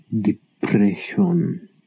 depression